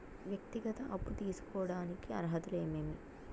వ్యక్తిగత అప్పు తీసుకోడానికి అర్హతలు ఏమేమి